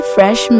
Fresh